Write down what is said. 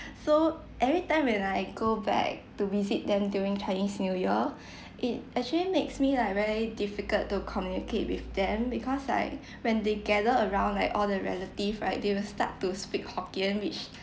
so every time when I go back to visit them during chinese new year it actually makes me like very difficult to communicate with them because like when they gather around like all the relative right they will start to speak hokkien which